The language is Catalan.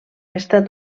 estat